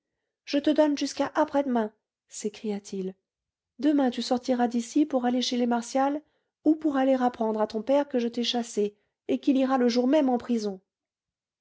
je te donne jusqu'à après-demain s'écria-t-il demain tu sortiras d'ici pour aller chez les martial ou pour aller apprendre à ton père que je t'ai chassée et qu'il ira le jour même en prison